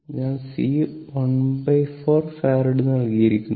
അതിനാൽ C 14 farad നൽകിയിരിക്കുന്നു